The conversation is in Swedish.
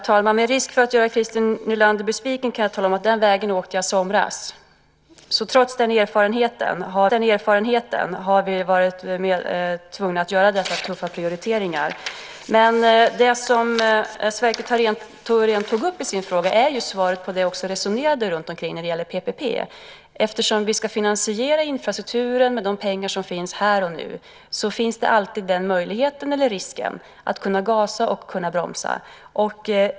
Herr talman! Med risk för att göra Christer Nylander besviken kan jag tala om att den vägen åkte jag i somras. Trots den erfarenheten har vi varit tvungna att göra dessa tuffa prioriteringar. Men det Sverker Thorén tog upp i sin fråga är ju svaret på det jag också resonerade runtomkring när det gäller PPP. Eftersom vi ska finansiera infrastrukturen med de pengar som finns här och nu finns alltid möjligheten eller risken att gasa och att bromsa.